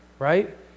right